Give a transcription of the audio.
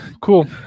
cool